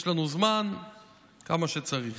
יש לנו זמן כמה שצריך.